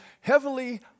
heavily